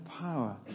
power